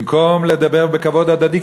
במקום לדבר בכבוד הדדי,